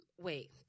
Wait